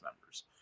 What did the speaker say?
members